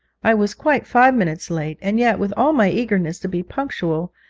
i was quite five minutes late, and yet, with all my eagerness to be punctual,